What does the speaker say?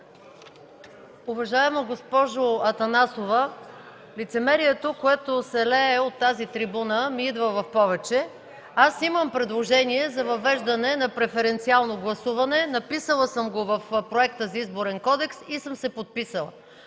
Уважаема госпожо Атанасова, лицемерието, което се лее от тази трибуна, ми идва в повече. Аз имам предложение за въвеждане на преференциално гласуване. Написала съм го в проекта за Изборен кодекс и съм се подписала,